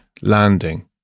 landing